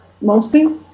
mostly